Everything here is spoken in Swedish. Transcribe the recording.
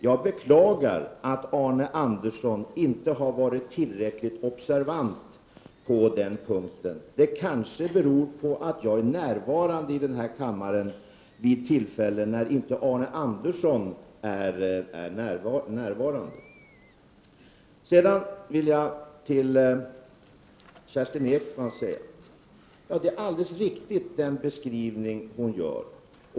Jag beklagar att Arne Andersson inte har varit tillräckligt observant på den punkten. Det kanske beror på att jag är närvarande i denna kammare vid tillfällen då inte Arne Andersson är närvarande. Till Kerstin Ekman vill jag säga att den beskrivning hon gör är alldeles riktig.